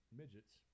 midgets